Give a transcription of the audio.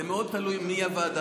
זה מאוד תלוי בוועדה.